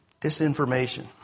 Disinformation